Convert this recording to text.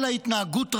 אלא התנהגות רציונלית.